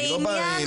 אני לא בא מקובע.